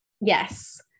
Yes